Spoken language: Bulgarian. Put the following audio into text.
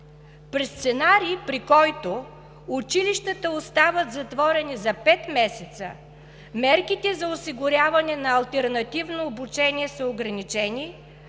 При сценарий, при който училищата остават затворени за пет месеца, мерките за осигуряване на алтернативно обучение са ограничени,